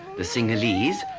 the sinhalese,